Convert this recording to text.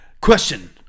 question